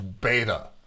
beta